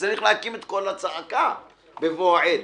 צריך להקים את קול הצעקה, בבוא העת.